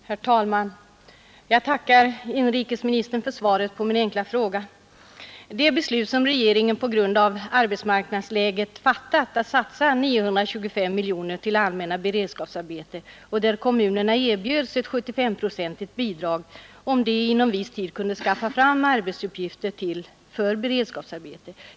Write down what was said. Herr talman! Jag tackar inrikesministern för svaret på min enkla fråga. I det beslut som regeringen på grund av arbetsmarknadsläget fattat om att satsa 925 miljoner på allmänna beredskapsarbeten ingick att kommunerna erbjöds ett 75-procentigt bidrag, om de inom viss tid kunde få fram arbetsuppgifter för beredskapsarbeten.